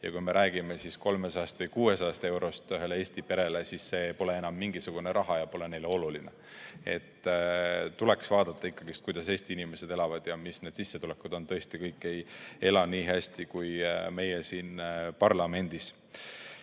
Ja kui me räägime 300 või 600 eurost ühele Eesti perele, siis see pole enam mingisugune raha ja pole neile oluline. Tuleks vaadata ikkagi, kuidas Eesti inimesed elavad ja mis need sissetulekud on. Tõesti, kõik ei ela nii hästi kui meie siin parlamendis.